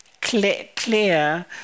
clear